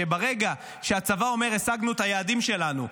שברגע שהצבא אומר: השגנו את היעדים שלנו,